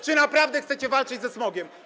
czy naprawdę chcecie walczyć ze smogiem.